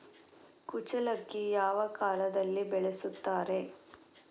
ಕುಚ್ಚಲಕ್ಕಿ ಯಾವ ಕಾಲದಲ್ಲಿ ಬೆಳೆಸುತ್ತಾರೆ?